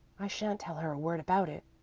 i shan't tell her a word about it,